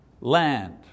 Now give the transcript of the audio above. Land